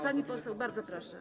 Pani poseł, bardzo proszę.